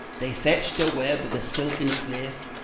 they fetched a web o' the silken claith,